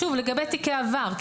שוב, לגבי תיקי עבר.